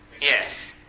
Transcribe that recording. Yes